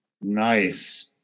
Nice